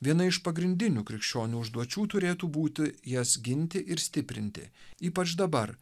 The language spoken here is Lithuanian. viena iš pagrindinių krikščionių užduočių turėtų būti jas ginti ir stiprinti ypač dabar